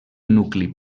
nucli